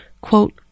quote